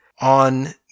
on